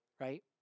right